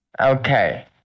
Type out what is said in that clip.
Okay